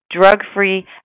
drug-free